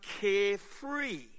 carefree